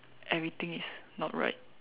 everything is not right